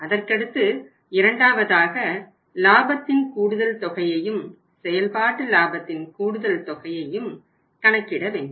அதற்கடுத்து இரண்டாவதாக லாபத்தின் கூடுதல் தொகையையும் செயல்பாட்டு லாபத்தின் கூடுதல் தொகையையும் கணக்கிட வேண்டும்